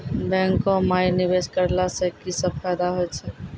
बैंको माई निवेश कराला से की सब फ़ायदा हो छै?